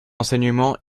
enseignement